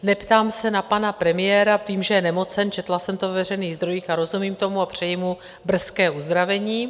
Neptám se na pana premiéra, vím, že je nemocen, četla jsem to ve veřejných zdrojích, rozumím tomu a přeji mu brzké uzdravení.